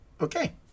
okay